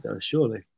surely